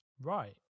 right